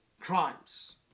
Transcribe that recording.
crimes